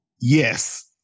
yes